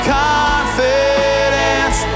confidence